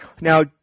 Now